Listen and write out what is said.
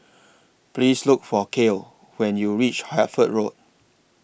Please Look For Cael when YOU REACH Hertford Road